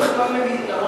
תכננו אותו בכלל אמרתי לך,